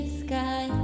sky